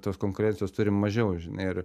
tos konkurencijos turim mažiau žinai ir